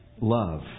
love